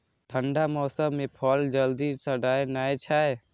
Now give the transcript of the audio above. ठंढा मौसम मे फल जल्दी सड़ै नै छै